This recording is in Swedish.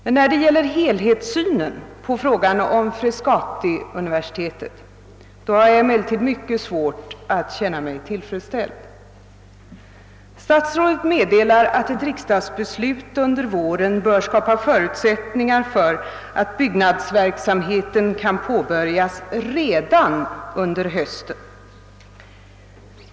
Men när det gäller helhetssynen på frågan om Frescatiuniversitetet har jag mycket svårt att känna mig tillfredsställd. Statsrådet meddelar att ett riksdagsbeslut under våren bör skapa förutsättningar för att byggnadsverksamheten skall kunna påbörjas redan under hösten.